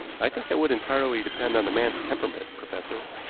i think that would entirely depend on the man's temperament, professor.